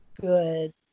good